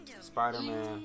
Spider-Man